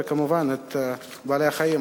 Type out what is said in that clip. וכמובן את בעלי-החיים,